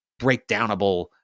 breakdownable